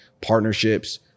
partnerships